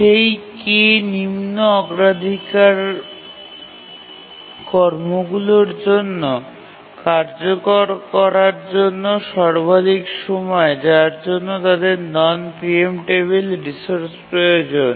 সেই k নিম্ন অগ্রাধিকার কর্মগুলির জন্য কার্যকর করার জন্য সর্বাধিক সময় যার জন্য তাদের নন প্রিএম্পটেবিল রিসোর্স প্রয়োজন